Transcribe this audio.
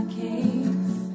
case